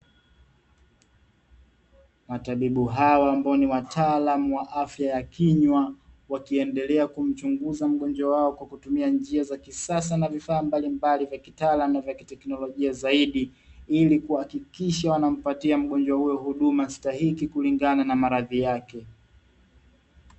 Matabibu hawa ambao ni wataalamu wa afya ya kinywa wakiendelea kumchunguza mgonjwa wao kwa kutumia njia za kisasa na vifaa mbalimbali vya kitaalamu na vya kitekinolojia zaidi. Ili kuhakikisha wanampatia mgonjwa huyo huduma stahiki kulingana na maradhi yake.